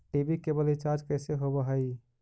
TV cable recharge कैसे होब हइ?